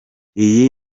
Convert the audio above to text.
iyi